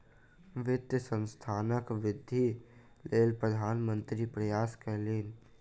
वित्तीय संस्थानक वृद्धिक लेल प्रधान मंत्री प्रयास कयलैन